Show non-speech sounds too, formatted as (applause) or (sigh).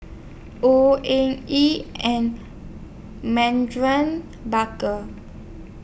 Au Ng Yee and (unintelligible) Baker